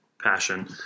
passion